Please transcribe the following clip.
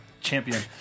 Champion